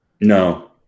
No